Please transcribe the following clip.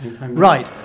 Right